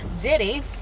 Diddy